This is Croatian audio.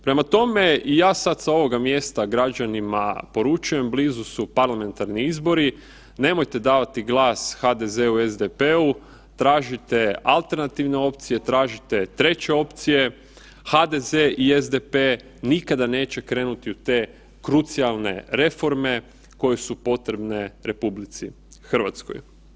Prema tome, ja sada s ovog mjesta građanima poručujem blizu su parlamentarni izbori, nemojte davati glasa HDZ-u, SDP-u tražite alternativne opcije, tražite treće opcije, HDZ i SDP nikada neće krenuti u te krucijalne reforme koje su potrebne RH.